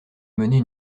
mener